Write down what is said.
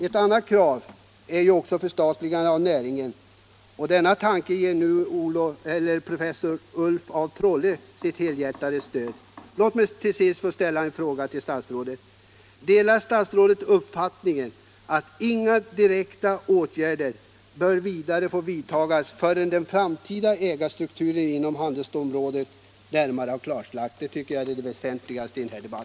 Ett annat krav är ett förstatligande av näringen, och denna tanke ger - Nr 130 nu även professor Ulf af Trolle sitt helhjärtade stöd. Torsdagen den Låt mig till sist få ställa en fråga till industriministern: Delar statsrådet = 12 maj 1977 uppfattningen att inga direkta åtgärder bör vidtas förrän den framtida. ägarstrukturen inom handelsstålsområdet närmare klarlagts? Det tycker. Om en ny handelsjag är det väsentliga i denna debatt.